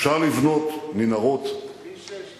אפשר לבנות מנהרות, כביש 6,